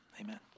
Amen